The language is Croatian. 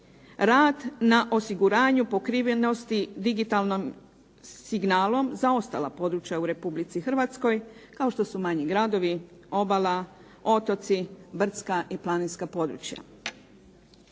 rad na osiguranju pokrivenosti digitalnim signalom za ostala područja u Republici Hrvatskoj kao što su manji gradovi, obala, otoci, brdska i planinska područja.